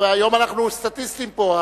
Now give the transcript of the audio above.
היום אנחנו סטטיסטים פה.